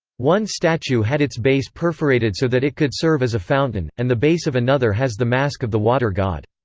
one statue had its base perforated so that it could serve as a fountain, and the base of another has the mask of the water god.